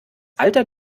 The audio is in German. alter